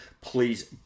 please